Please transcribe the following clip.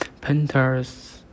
painter's